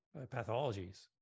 pathologies